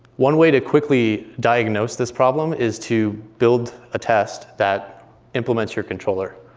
one way to quickly diagnose this problem is to build a test that implements your controller.